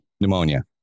pneumonia